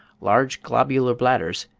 large globular bladders,